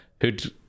who'd